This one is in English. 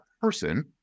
person